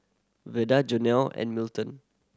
Veda Jonell and Milton